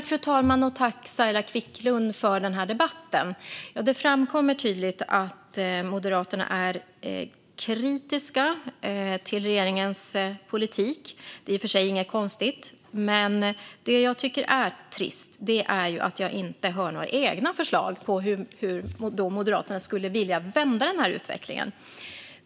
Fru talman! Jag tackar Saila Quicklund för debatten. Det framkommer tydligt att Moderaterna är kritiska till regeringens politik, och det är inget konstigt med det. Det är dock trist att jag inte hör några förslag från Moderaterna på hur de skulle vilja vända utvecklingen.